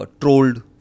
Trolled